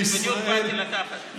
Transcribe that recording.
בדיוק באתי לקחת.